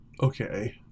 Okay